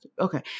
Okay